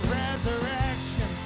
resurrection